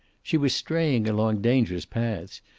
she was straying along dangerous paths,